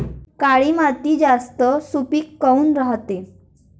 काळी माती जास्त सुपीक काऊन रायते?